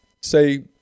say